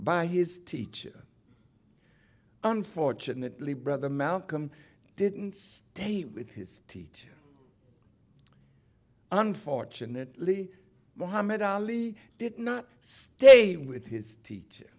by his teacher unfortunately brother malcolm didn't stay with his teacher unfortunately mohamed ali did not stay with his teacher